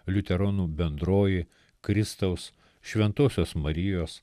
liuteronų bendroji kristaus šventosios marijos